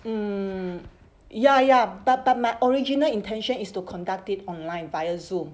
mm ya ya but but my original intention is to conduct it online via zoom